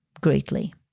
greatly